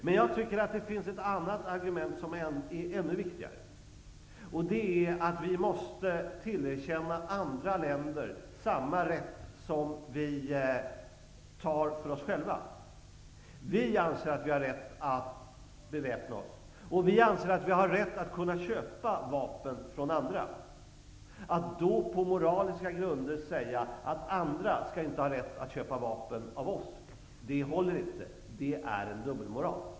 Men jag tycker att det finns ett annat argument som är ännu viktigare, och det är att vi måste tillerkänna andra länder samma rätt som vi kräver för oss själva. Vi anser att vi har rätt att beväpna oss, och vi anser att vi har rätt att kunna köpa vapen från andra. Att då på moraliska grunder säga att andra inte skall ha rätt att köpa vapen av oss håller inte -- det är dubbelmoral.